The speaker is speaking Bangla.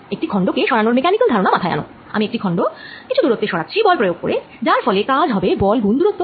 একটী খন্ড কে সরানোর মেকানিক্যাল ধারনা মাথায় আনো আমি একটি খন্ড D দুরত্বে সরাচ্ছি বল প্রয়োগ করে যার ফলে কাজ হবে বল গুন দুরত্ব